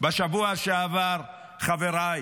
בשבוע שעבר, חבריי,